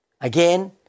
Again